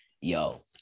yo